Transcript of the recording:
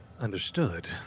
Understood